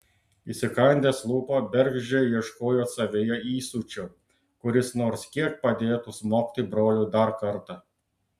įsikandęs lūpą bergždžiai ieškojo savyje įsiūčio kuris nors kiek padėtų smogti broliui dar kartą